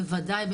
בוודאי,